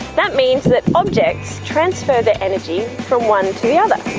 that means that objects transfer the energy from one to the other.